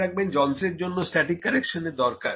মনে রাখবেন যন্ত্রের জন্য স্ট্যাটিক কারেকশনের দরকার